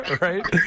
Right